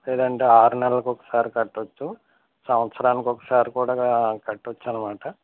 లేదంటే ఆరు నెలలకి ఒకసారి కట్టవచ్చు సంవత్సరానికి ఒకసారి కూడా కట్టవచ్చన్నమాట